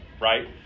right